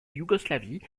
yougoslavie